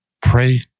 Pray